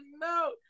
no